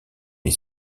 est